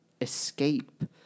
escape